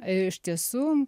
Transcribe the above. iš tiesų